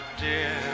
dear